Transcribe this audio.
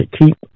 keep